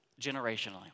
generationally